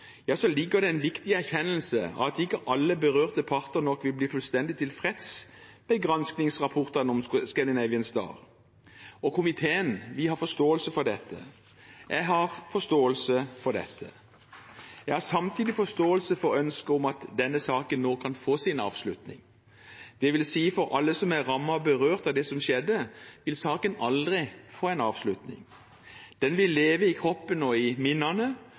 ligger det en viktig erkjennelse av at ikke alle berørte parter nok vil bli fullstendig tilfreds med granskningsrapportene om «Scandinavian Star». Komiteen har forståelse for dette. Jeg har forståelse for dette. Jeg har samtidig forståelse for ønsket om at denne saken nå kan få sin avslutning. Det vil si – for alle som er rammet av og berørt av det som skjedde, vil saken aldri få en avslutning. Den vil leve i kroppen og i minnene,